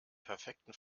perfekten